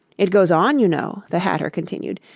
it goes on, you know the hatter continued,